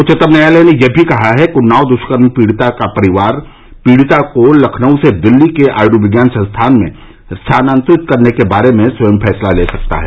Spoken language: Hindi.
उच्चतम न्यायालय ने यह भी कहा है कि उन्नाव दुष्कर्म पीड़िता का परिवार पीड़िता को लखनऊ से दिल्ली के आयुर्विज्ञान संस्थान में स्थानान्तरित करने के बारे में स्वयं फैसला ले सकता है